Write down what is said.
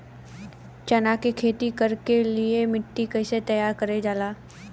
चना की खेती कर के लिए मिट्टी कैसे तैयार करें जाला?